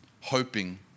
hoping